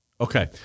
Okay